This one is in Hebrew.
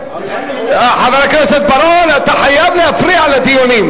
חבר הכנסת בר-און, אתה חייב להפריע לדיונים?